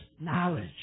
knowledge